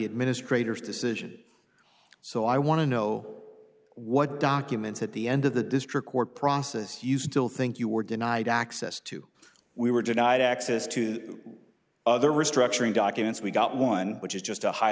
administrators decision so i want to know what documents at the end of the district court process used to will think you were denied access to we were denied access to other restructuring documents we've got one which is just a high